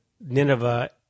Nineveh